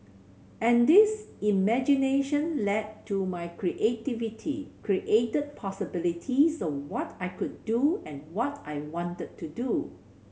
and this imagination led to my creativity created possibilities of what I could do and what I wanted to do